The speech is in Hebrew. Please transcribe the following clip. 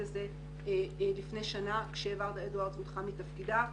זה גם לפני שנה כשוורדה אדוארד הודחה מתפקידה,